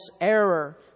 error